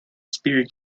spirit